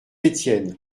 étienne